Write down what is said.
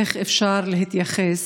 איך אפשר להתייחס